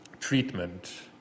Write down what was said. treatment